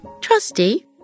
Trusty